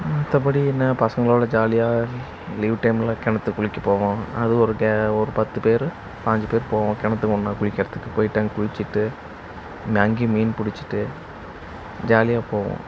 மற்றபடி என்ன பசங்களோடு ஜாலியாக லீவு டைமில் கிணத்துல குளிக்கப் போவோம் அது ஒரு டே ஒரு பத்துப் பேர் பாஞ்சுப் பேர் போவோம் கிணத்துக்கு ஒன்றா குளிக்கிறத்துக்கு போயிவிட்டு அங்கே குளிச்சுட்டு அங்கேயும் மீன் பிடிச்சிட்டு ஜாலியாகப் போவோம்